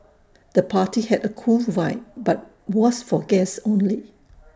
the party had A cool vibe but was for guests only